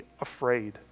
afraid